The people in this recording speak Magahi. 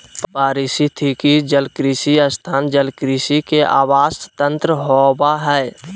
पारिस्थितिकी जलकृषि स्थान जलकृषि के आवास तंत्र होबा हइ